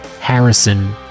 harrison